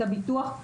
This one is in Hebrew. ביטוח.